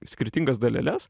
skirtingas daleles